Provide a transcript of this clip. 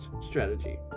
strategy